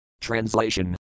Translation